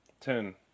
Ten